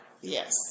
Yes